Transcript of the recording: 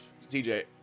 CJ